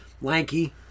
lanky